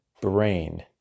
brain